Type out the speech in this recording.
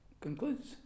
concludes